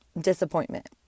disappointment